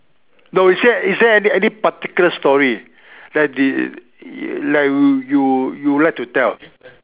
no is there is there any any particular story that the like you you like to tell